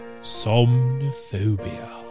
Somnophobia